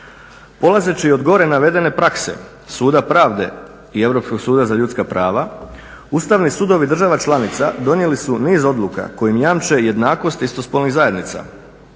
Polazeći od gore navedene prakse Suda pravde i Europskog suda za ljudska prava Ustavni sudovi država članica donijeli su niz odluka kojima jamče jednakost istospolnih zajednica.